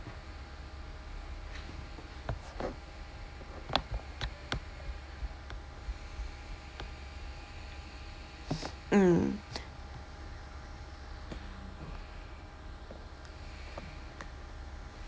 mm